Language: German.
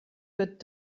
wird